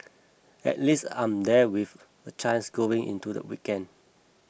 at least I'm there with a chance going into the weekend